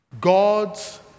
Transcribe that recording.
God's